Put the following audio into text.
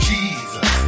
Jesus